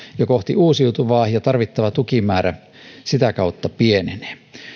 jo kohti uusiutuvaa ja tarvittava tukimäärä sitä kautta pienenee